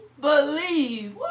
believe